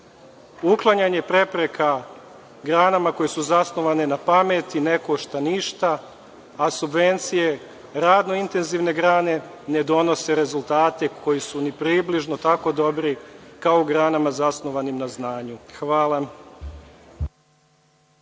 evra. Uklanjanje prepreka granama koje su zasnovane na pameti ne košta ništa, a subvencije radno intenzivne grane ne donose rezultate koji su ni približno tako dobri, kao granama zasnovanim na znanju. Hvala.